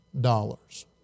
dollars